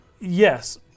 Yes